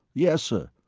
yes, sir.